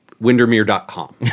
windermere.com